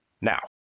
Now